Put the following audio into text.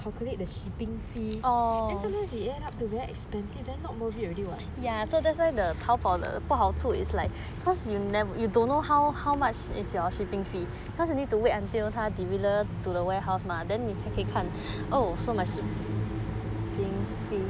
calculate the shipping fee that sometimes you add up to very expensive then not worth it already what